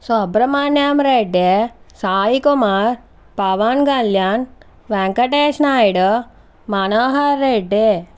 Subrahmanyam Reddy Sai Kumar Pawan Kalyan Venkatesh Naidu Manohar Reddy